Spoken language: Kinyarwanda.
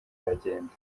aragenda